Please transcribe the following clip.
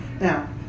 now